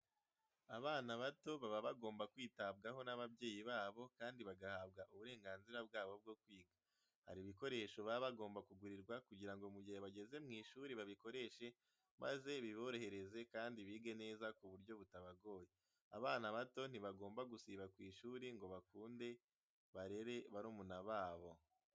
Abana bato baba bagomba kwitabwaho n'ababyeyi babo kandi bagahabwa uburenganzira bwabo bwo kwiga. Hari ibikoresho baba bagomba kugurirwa kugira ngo mu gihe bageze mu ishuri babikoreshe maze biborohereze kandi bige neza ku buryo butabagoye. Abana bato ntibagomba gusiba ku ishuri ngo bakunde barere barumuna babo.